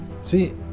See